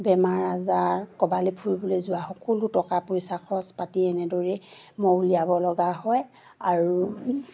বেমাৰ আজাৰ ক'ৰবালৈ ফুৰিবলৈ যোৱা সকলো টকা পইচা খৰচ পাতি এনেদৰেই মই উলিয়াবলগা হয় আৰু